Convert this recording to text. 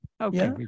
Okay